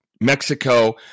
Mexico